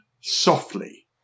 Softly